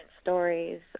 stories